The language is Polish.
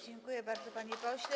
Dziękuję bardzo, panie pośle.